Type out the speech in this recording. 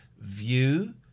View